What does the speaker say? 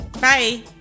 Bye